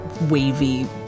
wavy